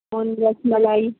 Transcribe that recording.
اور رس ملائی